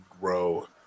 grow